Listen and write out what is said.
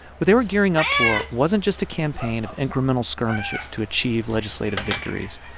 what they were gearing up for wasn't just a campaign of incremental skirmishes to achieve legislative victories.